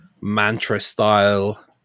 mantra-style